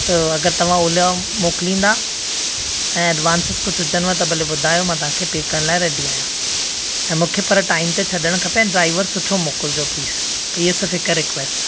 त अगरि तव्हां ओला मोकिलींदा ऐं एडवांसिस कुझु हुजनि त भले ॿुधायो मां तव्हांखे पे करण लाइ रेडी आहियां ऐं मूंखे पर टाइम ते छॾणु खपे ऐं ड्राइवर सुठो मोकिलिजो प्लीस हीअं र्सिफ़ु हिकु रिक्वेस्ट आहे